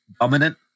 dominant